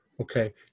Okay